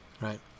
right